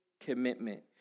commitment